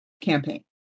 Campaign